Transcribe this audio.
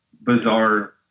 bizarre